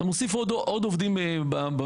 אתה מוסיף עוד עובדים במשק.